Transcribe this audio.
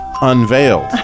Unveiled